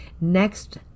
Next